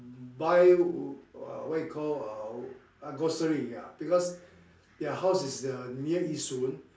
buy uh what you call uh ah grocery ya because their house is uh near Yishun